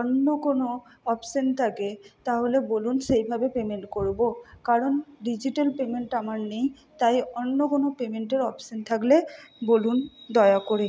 অন্য কোনো অপশন থাকে তাহলে বলুন সেইভাবে পেমেন্ট করবো কারন ডিজিটাল পেমেন্ট আমার নেই তাই অন্য কোন পেমেন্টের অপশন থাকলে বলুন দয়া করে